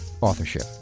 authorship